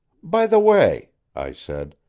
by the way, i said,